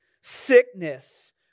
sickness